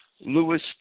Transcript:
Lewis